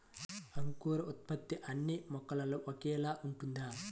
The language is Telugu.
అంకురోత్పత్తి అన్నీ మొక్కలో ఒకేలా ఉంటుందా?